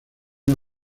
una